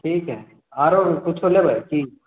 ठीक हय आरो किछु लेबै की